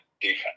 defense